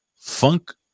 Funk